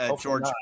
George